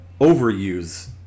overuse